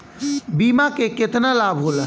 बीमा के केतना लाभ होला?